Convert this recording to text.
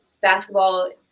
basketball